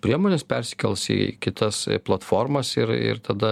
priemones persikels į kitas platformas ir ir tada